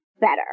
better